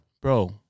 Bro